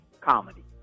comedy